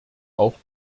auch